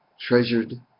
treasured